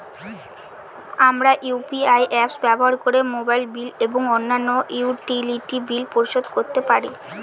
আমরা UPI apps ব্যবহার করে মোবাইল বিল এবং অন্যান্য ইউটিলিটি বিল পরিশোধ করতে পারি